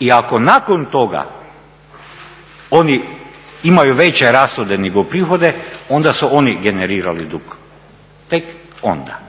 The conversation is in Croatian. I ako nakon toga oni imaju veće rashode nego prihode onda su oni generirali dug, tek onda.